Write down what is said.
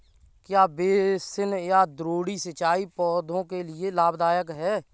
क्या बेसिन या द्रोणी सिंचाई पौधों के लिए लाभदायक है?